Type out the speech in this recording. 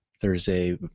Thursday